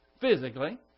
physically